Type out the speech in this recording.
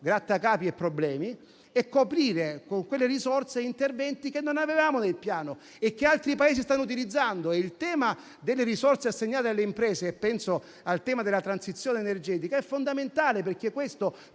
grattacapi e problemi e coprendo con quelle risorse interventi che non avevamo nel Piano e che altri Paesi stanno utilizzando. Il tema delle risorse assegnate alle imprese - penso alla transizione energetica - è fondamentale, perché consente